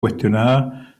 cuestionada